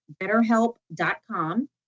betterhelp.com